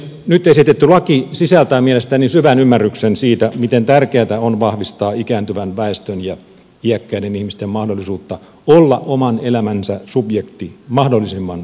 nyt esitetty laki sisältää mielestäni syvän ymmärryksen siitä miten tärkeätä on vahvistaa ikääntyvän väestön ja iäkkäiden ihmisten mahdollisuutta olla oman elämänsä subjekti mahdollisimman pitkään